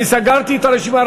אני סגרתי את הרשימה.